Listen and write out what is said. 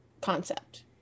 concept